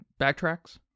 backtracks